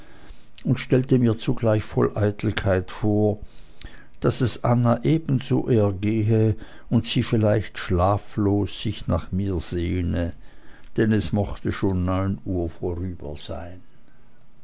und stellte mir zugleich voll eitelkeit vor daß es anna ebenso ergehe und sie vielleicht schlaflos sich nach mir sehne denn es mochte schon neun uhr vorüber sein